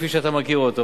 כפי שאתה מכיר אותו,